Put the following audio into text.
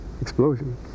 explosion